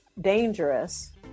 dangerous